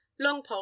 longpole